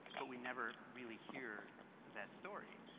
but we never really hear that story,